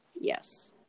Yes